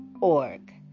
org